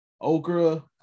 okra